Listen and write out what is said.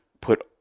put